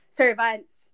servants